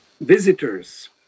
visitors